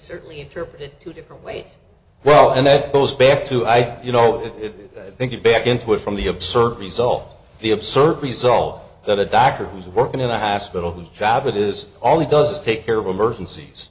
certainly interpret it two different ways well and that goes back to i you know thinking back into it from the absurd result of the absurd result that a doctor who's working in the past little whose job it is always does take care of emergencies